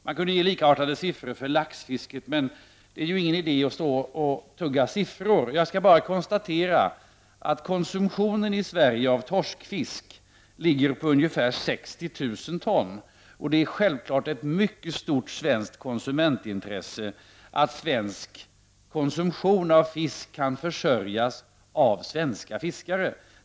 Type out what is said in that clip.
Siffrorna för laxfisket är likartade, men det är inte stor idé att stå och tugga siffror. Konsumtionen av torskfisk i Sverige ligger på ungefär 60 000 ton. Det är självfallet ett mycket stort svenskt konsumentintresse att svensk konsumtion av fisk kan försörjas av svenska fiskare.